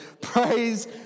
Praise